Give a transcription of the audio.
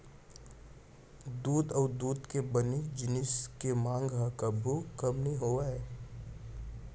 दूद अउ दूद के बने जिनिस के मांग ह कभू कम नइ होवय